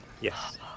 Yes